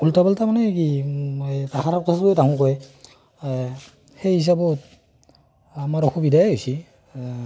ওল্টা পাল্টা মানে কি ভাষাটো সেই হিচাপত আমাৰ অসুবিধাই হৈছে